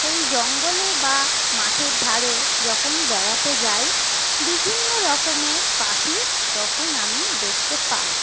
সেই জঙ্গলে বা মাঠের ধারে যখন বেড়াতে যাই বিভিন্ন রকমের পাখি তখন আমি দেখতে পাই